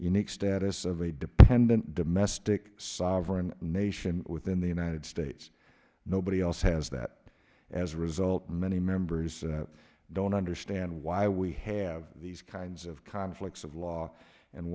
unique status of a dependent domestic sovereign nation within the united states nobody else has that as a result many members don't understand why we have these kinds of conflicts of law and